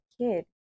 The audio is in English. kid